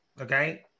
Okay